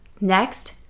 Next